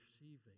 receiving